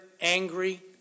angry